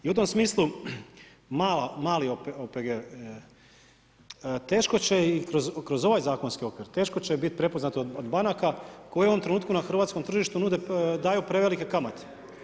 I u tom smislu, mali OPG, teško će i kroz ovaj zakonski okvir, teško će biti prepoznat od banaka, koji u ovom trenutku na hrvatskom tržištu, nude, daju prevelike kamate.